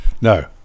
No